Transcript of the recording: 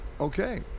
Okay